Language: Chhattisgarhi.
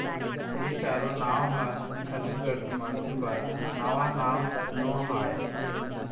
ए चारो नांव ह छत्तीसगढ़ के मनखे बर नवा नांव नो हय